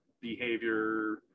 behavior